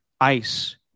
ice